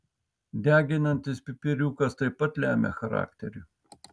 deginantis pipiriukas taip pat lemia charakterį